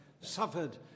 suffered